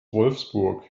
wolfsburg